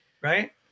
right